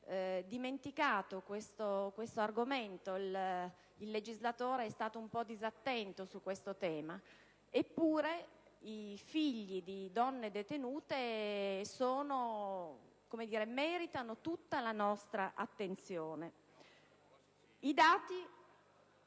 dimenticato l'argomento ed il legislatore è stato un po' disattento su questo tema. Eppure i figli di donne detenute meritano tutta la nostra attenzione.